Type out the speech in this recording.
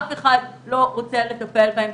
אף אחד לא רוצה לטפל בהם,